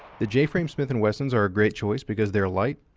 the j frame smith and wessons are a great choice because they are light,